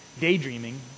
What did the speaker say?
daydreaming